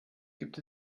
gibt